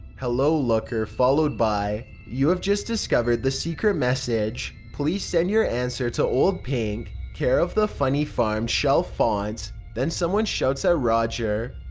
hello, looker, followed by you have just discovered the secret message. please send your answer to old pink, care of the funny farm, chalfont. then someone shouts at roger